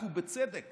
אנחנו בצדק